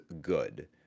good